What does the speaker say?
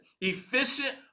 efficient